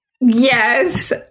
Yes